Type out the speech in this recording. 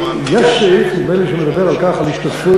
יש סעיף, נדמה לי, שמדבר על כך, על השתתפות,